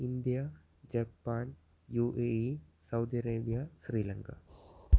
India Japan U A E Saudi Arabia Sri Lanka